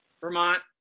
Vermont